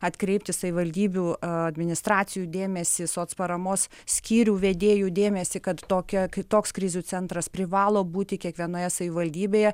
atkreipti savivaldybių administracijų dėmesį soc paramos skyrių vedėjų dėmesį kad tokia toks krizių centras privalo būti kiekvienoje savivaldybėje